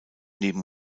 neben